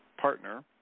partner